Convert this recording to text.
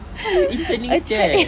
interning gag